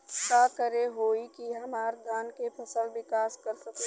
का करे होई की हमार धान के फसल विकास कर सके?